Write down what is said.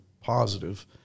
positive